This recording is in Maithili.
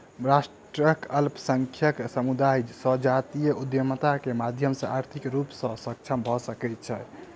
राष्ट्रक अल्पसंख्यक समुदाय संजातीय उद्यमिता के माध्यम सॅ आर्थिक रूप सॅ सक्षम भ सकै छै